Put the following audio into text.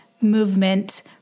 movement